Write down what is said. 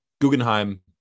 Guggenheim